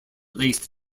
laced